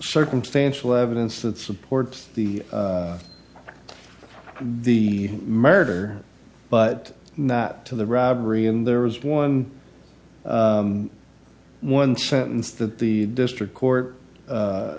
circumstantial evidence that supports the the murder but not to the robbery and there was one one sentence that the district court